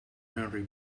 henry